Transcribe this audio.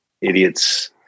idiots